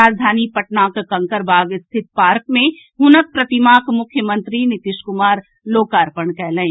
राजधानी पटनाक कंकड़बाग स्थित पार्क मे हुनक प्रतिमाक मुख्यमंत्री नीतीश कुमार लोकार्पण कयलनि